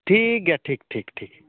ᱴᱷᱤᱠ ᱜᱮᱭᱟ ᱴᱷᱤᱠ ᱴᱷᱤᱠ ᱴᱷᱤᱠ